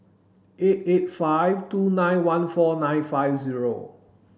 eight eight five two nine one four nine five zero